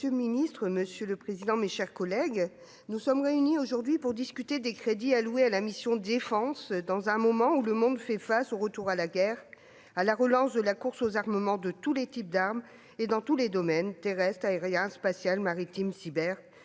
Monsieur le ministre, monsieur le président, mes chers collègues, nous sommes réunis aujourd'hui pour discuter des crédits alloués à la mission « Défense » dans un moment où le monde fait face au retour de la guerre, à la relance de la course aux armements, pour tous les types d'armes et dans tous les domaines- terrestre, aérien, spatial, maritime, cyber